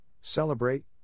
celebrate